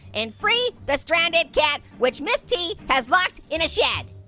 and free the stranded cat, which miss t has locked in a shed.